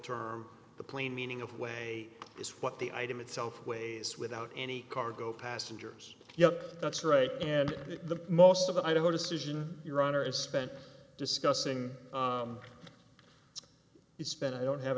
term the plain meaning of way is what the item itself ways without any cargo passengers yeah that's right and the most of idaho decision your honor is spent discussing is spent i don't have